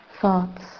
thoughts